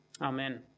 Amen